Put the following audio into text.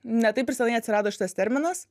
ne taip ir senai atsirado šitas terminas